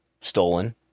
stolen